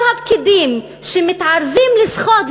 כל הפקידים שמתערבים לסחוט,